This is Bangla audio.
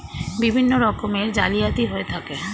বিভিন্ন রকমের জালিয়াতি হয়ে থাকে